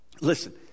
listen